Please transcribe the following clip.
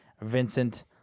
Vincent